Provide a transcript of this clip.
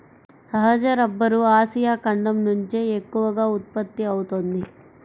సహజ rubber Asia ఖండం నుంచే ఎక్కువగా ఉత్పత్తి అవుతోంది